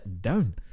down